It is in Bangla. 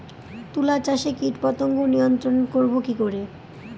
তুলা চাষে কীটপতঙ্গ নিয়ন্ত্রণর করব কি করে?